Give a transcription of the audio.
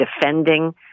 defending